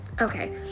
Okay